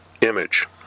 image